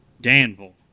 Danville